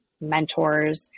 mentors